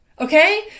okay